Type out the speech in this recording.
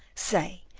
say,